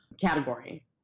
category